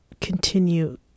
continue